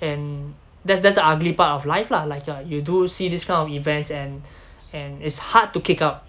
and that's that's the ugly part of life lah like uh you do see this kind of events and and it's hard to kick out